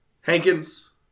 Hankins